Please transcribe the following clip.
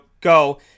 go